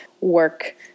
work